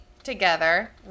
Together